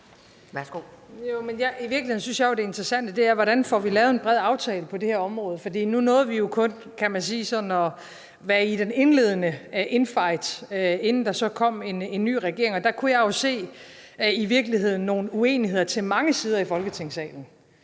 I virkeligheden synes jeg jo, at det interessante er, hvordan vi får lavet en bred aftale på det her område, for nu nåede vi jo kun, kan man sige, sådan at være i den indledende infight, inden der så kom en ny regering. Og der kunne jeg i virkeligheden se nogle uenigheder til mange sider i Folketingssalen,